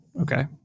Okay